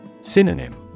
Synonym